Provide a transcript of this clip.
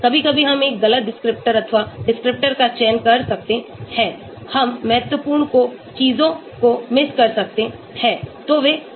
कभी कभी हम एक गलत डिस्क्रिप्टर अथवा डिस्क्रिप्टर का चयन कर सकते हैं हम महत्वपूर्ण को चीजों को मिस कर सकते हैं तो वे चीजें हैं वाह